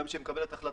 גם כשהיא מקבלת החלטות,